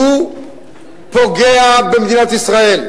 הוא פוגע במדינת ישראל,